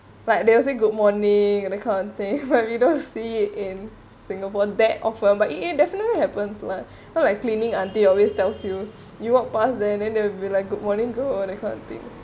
like there was a good morning that kind of thing but we don't see in singapore that often but it it definitely happens lah like cleaning auntie always tells you you walk pass then they will be like good morning girl that kind of thing